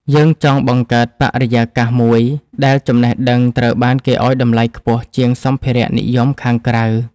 យើងចង់បង្កើតបរិយាកាសមួយដែល ចំណេះដឹង ត្រូវបានគេឱ្យតម្លៃខ្ពស់ជាងសម្ភារៈនិយមខាងក្រៅ។